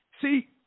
See